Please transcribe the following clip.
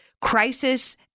Crisis